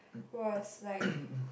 was like